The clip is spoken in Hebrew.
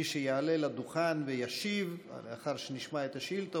מי שיעלה לדוכן וישיב לאחר שנשמע את השאילתה